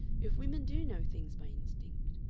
if women do know things by instinct?